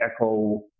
echo